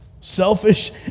Selfish